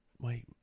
wait